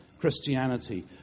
Christianity